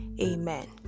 Amen